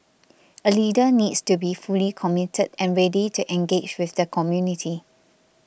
a leader needs to be fully committed and ready to engage with the community